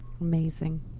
Amazing